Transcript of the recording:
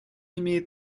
имеет